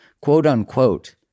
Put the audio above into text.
quote-unquote